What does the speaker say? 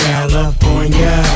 California